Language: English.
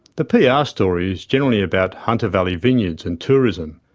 the pr ah story is generally about hunter valley vineyards and tourism.